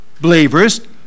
believers